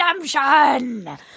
Redemption